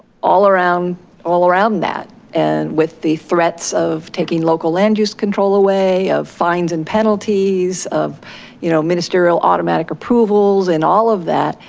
all around all around that and with the threats of taking local land use control away of fines and penalties of you know ministerial automatic approvals and all of that.